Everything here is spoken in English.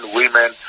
women